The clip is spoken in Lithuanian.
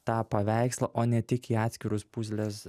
tą paveikslą o ne tik į atskirus puzlės